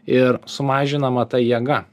ir sumažinama ta jėga